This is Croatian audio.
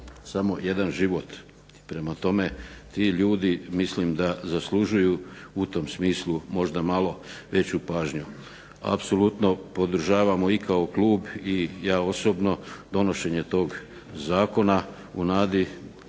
samo jedan život. I prema tome ti ljudi mislim da zaslužuju u tom smislu možda malo veću pažnju. Apsolutno podržavamo i kao klub i ja osobno donošenje tog zakona u nadi